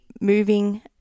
moving